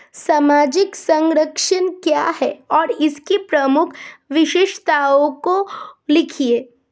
सामाजिक संरक्षण क्या है और इसकी प्रमुख विशेषताओं को लिखिए?